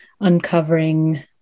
uncovering